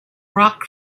rock